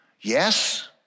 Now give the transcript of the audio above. Yes